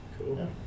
Cool